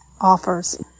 offers